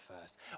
first